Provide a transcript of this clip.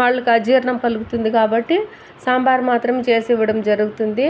వాళ్ళకీ అజీర్ణం కలుగుతుంది కాబట్టి సాంబారు మాత్రమే చేసి ఇవ్వడం జరుగుతుంది